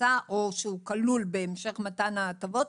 הכנסה או שהוא כלול בהמשך מתן ההטבות,